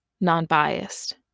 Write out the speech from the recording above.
non-biased